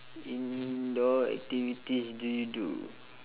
indoor activities do you do